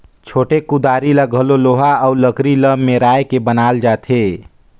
छोटे कुदारी ल घलो लोहा अउ लकरी ल मेराए के बनाल जाथे